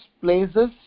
places